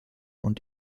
und